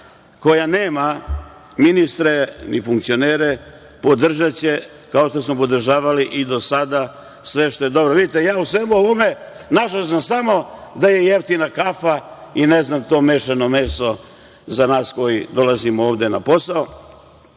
koja nema ministre i funkcionere, podržaće, kao što smo podržavali i do sada sve što je dobro. Vidite, ja u svemu ovome našao sam samo da je jeftina kafa i to mešano meso za nas koji dolazimo ovde na posao,